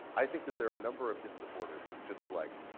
i think that there are a number of his supporters who've just like,